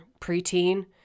preteen